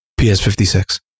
PS56